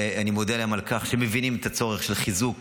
ואני מודה להם על כך שהם מבינים את הצורך של חיזוק